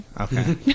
okay